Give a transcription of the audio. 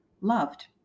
loved